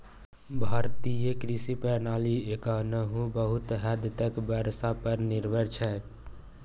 भारतीय कृषि प्रणाली एखनहुँ बहुत हद तक बर्षा पर निर्भर छै